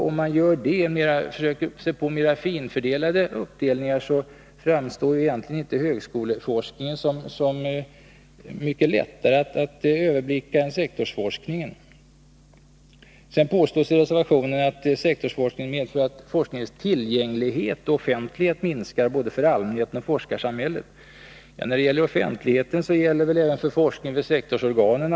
Om man försöker sig på mera finfördelade uppdelningar framstår egentligen inte högskoleforskningen som mycket lättare att överblicka än sektorsforskningen. Sedan påstås i reservationen att sektorsforskning medför att forskningens Nr 161 tillgänglighet och offentlighet minskar för både allmänhet och forskarsam 1 juni 1983 även för forskning i sektorsorganen.